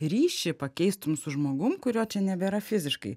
ryšį pakeistum su žmogum kurio čia nebėra fiziškai